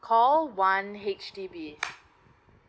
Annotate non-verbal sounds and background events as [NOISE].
call one H_D_B [NOISE]